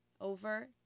over